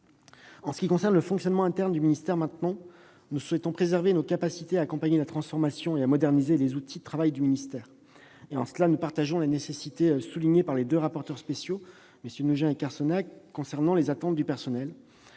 En ce qui concerne le fonctionnement interne du ministère, nous souhaitons préserver nos capacités à accompagner la transformation et à moderniser nos outils de travail. De ce point de vue, nous partageons la nécessité, soulignée par les deux rapporteurs spéciaux, MM. Nougein et Carcenac, d'être attentif aux attentes du personnel.